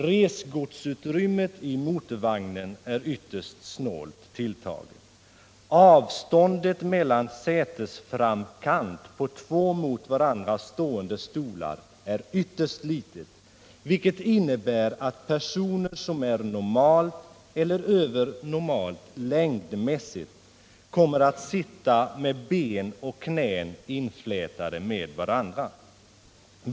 Resgodsutrymmet i motorvagnen är ytterst snålt tilltaget. Avståndet mellan sätesframkanterna på två mot varandra stående stolar är ytterst litet, vilket innebär att personer som är av normallängd eller däröver kommer att sitta med ben och knän inflätade i varandra.